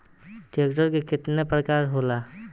Tractor के केतना प्रकार होला?